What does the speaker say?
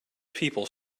people